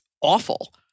awful